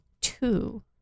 two